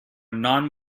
non